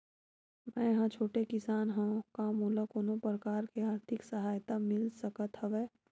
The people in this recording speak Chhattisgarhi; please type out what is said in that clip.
मै ह छोटे किसान हंव का मोला कोनो प्रकार के आर्थिक सहायता मिल सकत हवय?